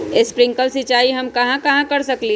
Sprinkle सिंचाई हम कहाँ कहाँ कर सकली ह?